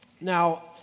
Now